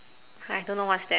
I don't know what's that